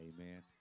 Amen